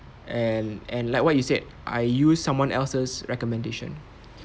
and and like what you said I use someone else's recommendation